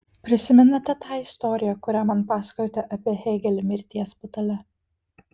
prisimenate tą istoriją kurią man pasakojote apie hėgelį mirties patale